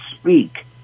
speak